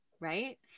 Right